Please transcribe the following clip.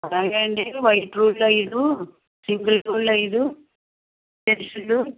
అలాగే అండి వైట్ రూళ్ళు ఐదు సింగిల్ రూళ్ళు ఐదు పెన్సిళ్ళు